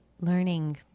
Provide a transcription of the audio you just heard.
learning